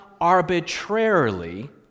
arbitrarily